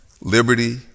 liberty